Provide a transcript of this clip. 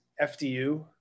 FDU